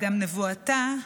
גם נבואתה,